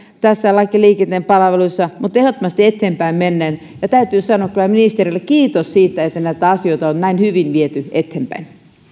tässä laissa liikenteen palveluista mutta ehdottomasti eteenpäin mennään täytyy sanoa kyllä ministerille kiitos siitä että näitä asioita on näin hyvin viety eteenpäin